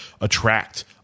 attract